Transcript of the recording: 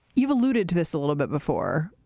you've alluded to this a little bit before.